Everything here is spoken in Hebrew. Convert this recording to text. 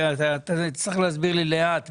מי זה שאליו אפשר לפנות ואיתו מדברים?